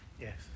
Yes